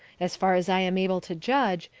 as far as i am able to judge,